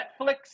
Netflix